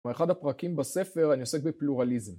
מאחד הפרקים בספר אני עוסק בפלורליזם